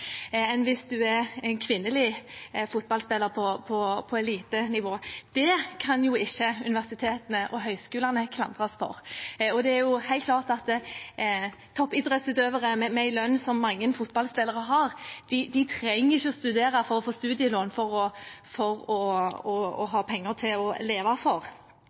enn hvis man er en kvinnelig fotballspiller på elitenivå. Det kan ikke universitetene og høyskolene klandres for. Det er helt klart at toppidrettsutøvere med en lønn som mange fotballspillere har, trenger ikke å studere for å få studielån for å ha penger å